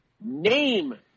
Name